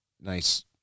nice